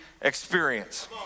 experience